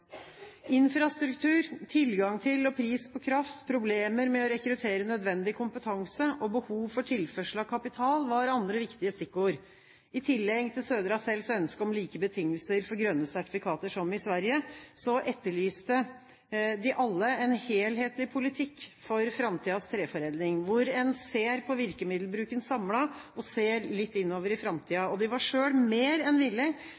Infrastruktur, tilgang til og pris på kraft, problemer med å rekruttere nødvendig kompetanse og behov for tilførsel av kapital var andre viktige stikkord. I tillegg til Södra Cells ønske om like betingelser for grønne sertifikater som i Sverige etterlyste de alle en helhetlig politikk for framtidens treforedling, hvor en ser på virkemiddelbruken samlet og ser litt inn i framtiden. De var selv mer enn